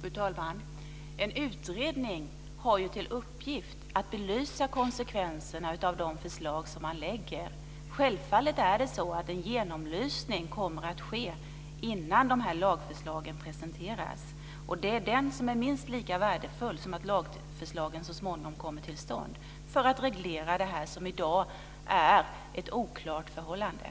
Fru talman! En utredning har till uppgift att belysa konsekvenserna av de förslag som läggs fram. Självfallet kommer en genomlysning att ske innan lagförslagen presenteras. Den är minst lika värdefull som att lagförslag så småningom kommer till stånd för att reglera det som i dag är ett oklart förhållande.